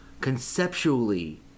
Conceptually